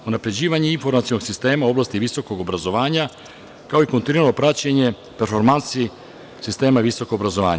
Unapređivanje informacionog sistema u oblasti visokog obrazovanja, kao i kontinuirano praćenje performansi sistema visokog obrazovanja.